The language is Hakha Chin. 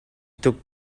tuk